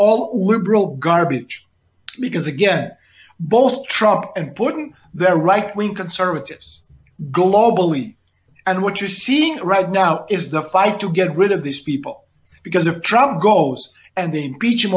all liberal garbage because again both trump and putting their right wing conservatives globally and what you're seeing right now is the fight to get rid of these people because if trump goes and they impeach